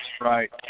right